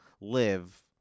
live